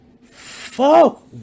Fuck